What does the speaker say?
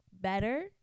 better